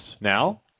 now